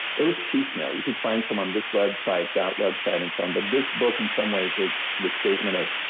it was piecemeal. you could find on um this website, that website and so on, but this book, in some ways, is the statement of,